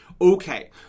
Okay